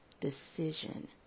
decision